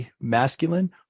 masculine